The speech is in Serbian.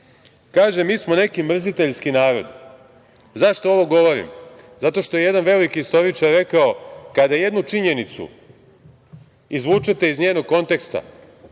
„Mi smo neki mrziteljski narod“. Zašto ovo govorim? Zato što je jedan veliki istoričar rekao – kada jednu činjenicu izvučete iz njenog konteksta,